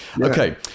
okay